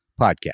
podcast